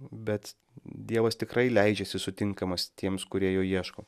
bet dievas tikrai leidžiasi sutinkamas tiems kurie jo ieško